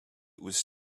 was